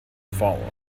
following